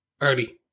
early